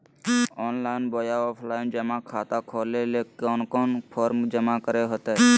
Online बोया offline जमा खाता खोले ले कोन कोन फॉर्म जमा करे होते?